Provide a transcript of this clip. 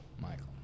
Michael